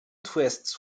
twists